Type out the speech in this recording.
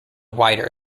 wider